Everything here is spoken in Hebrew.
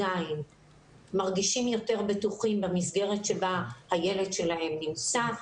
מרגישים יותר בטוחים במסגרת בה הילד שלהם נמצא.